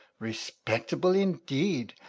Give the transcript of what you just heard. respectable indeed!